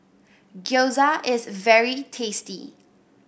Gyoza is very tasty